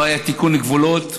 לא היה תיקון גבולות,